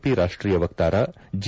P ರಾಷ್ಟೀಯ ವಕ್ತಾರ G